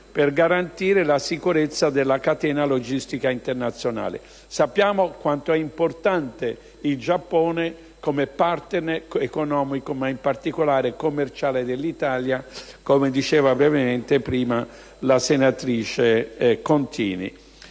per garantire la sicurezza della catena logistica internazionale. Sappiamo quanto è importante il Giappone come *partner* economico ma, in particolare, commerciale dell'Italia, come diceva prima la senatrice Contini.